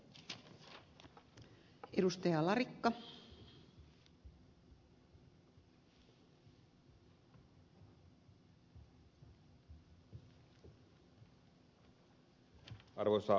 arvoisa rouva puhemies